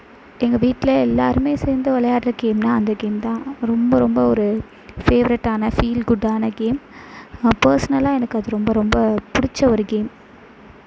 எங்கள் வீட்டில் எல்லாருமே சேர்ந்து விளாட்ற கேம்ன்னா அந்த கேம் தான் ரொம்ப ரொம்ப ஒரு ஃபேவ்ரெட்டான ஃபீல் குட்டான கேம் பெர்ஸ்னலாக எனக்கு அது ரொம்ப ரொம்ப பிடிச்ச ஒரு கேம்